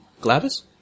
Glavis